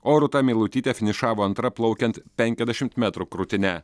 o rūta meilutytė finišavo antra plaukiant penkiasdešimt metrų krūtine